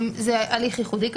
זה כמובן הליך ייחודי,